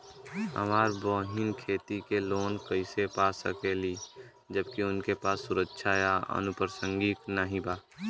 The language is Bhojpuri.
हमार बहिन खेती के लोन कईसे पा सकेली जबकि उनके पास सुरक्षा या अनुपरसांगिक नाई बा?